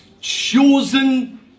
chosen